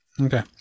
okay